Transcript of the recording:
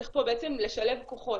צריך פה בעצם לשלב כוחות,